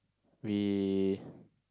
we